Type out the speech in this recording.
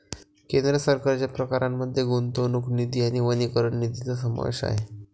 केंद्र सरकारच्या प्रकारांमध्ये गुंतवणूक निधी आणि वनीकरण निधीचा समावेश आहे